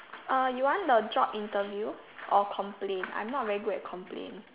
uh you want the job interview or complain I'm not very good at complain